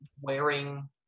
wearing